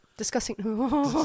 Discussing